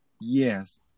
yes